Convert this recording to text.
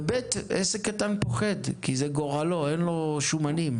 ו-ב', עסק קטן פוחד, כי זה גורלו, אין לו שומנים.